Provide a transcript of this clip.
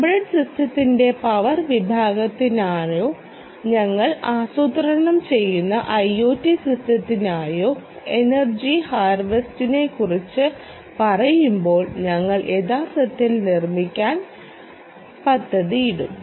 embedded സിസ്റ്റത്തിന്റെ power വിഭാഗത്തിനായോ ഞങ്ങൾ ആസൂത്രണം ചെയ്യുന്ന ഐഒടി സിസ്റ്റത്തിനായോ എനർജി ഹാർ വെസ്സ്റ്റി നെക്കുറിച്ച് പറയുമ്പോൾ ഞങ്ങൾ യഥാർത്ഥത്തിൽ നിർമ്മിക്കാൻ പദ്ധതിയിടും